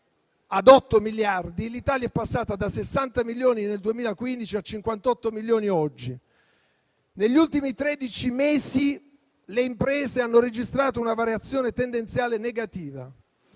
l'Italia è passata da 60 milioni nel 2015 a 58 milioni oggi. Negli ultimi tredici mesi le imprese hanno registrato una variazione tendenziale negativa.